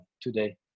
today